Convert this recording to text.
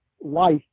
life